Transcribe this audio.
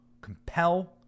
compel